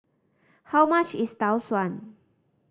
how much is Tau Suan